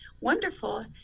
wonderful